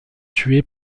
tuées